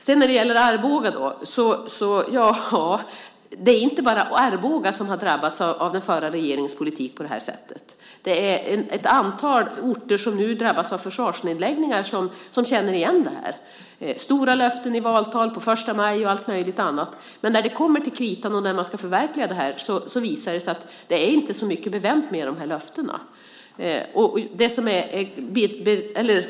Och det är inte bara Arboga som har drabbats av den förra regeringens politik på detta sätt. Det är ett antal orter som nu drabbas av försvarsnedläggningar och som känner igen detta. Det handlar om stora löften i valtal och på första maj, men när det kommer till kritan och man ska förverkliga detta så visar det sig att det inte är så mycket bevänt med dessa löften.